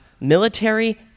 military